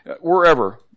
wherever